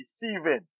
deceiving